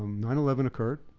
nine eleven occurred.